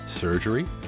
surgery